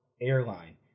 airline